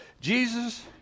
Jesus